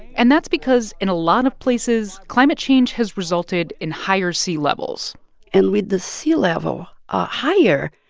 and that's because, in a lot of places, climate change has resulted in higher sea levels and with the sea level ah higher,